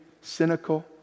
cynical